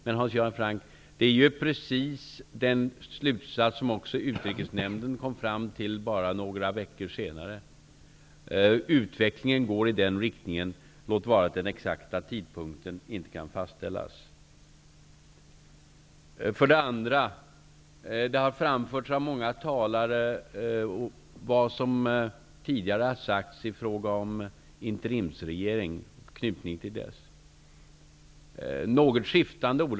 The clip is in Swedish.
Men det var ju precis den slutsats som också utrikesnämnden kom fram till bara några veckor senare. Utvecklingen går i den riktningen -- låt vara att den exakta tidpunkten inte kan fastställas. Många talare har, i något skiftande ordalag, framfört vad som tidigare har sagts i fråga om en interimsregering och knytningen till den.